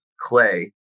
clay